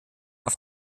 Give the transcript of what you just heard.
auf